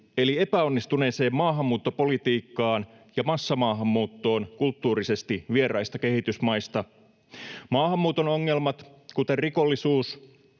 eli epäonnistuneeseen maahanmuuttopolitiikkaan ja massamaahanmuuttoon kulttuurisesti vieraista kehitysmaista. Maahanmuuton ongelmat, kuten rikollisuus,